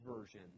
Version